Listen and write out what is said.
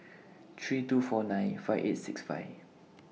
three two four nine five eight six five